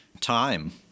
time-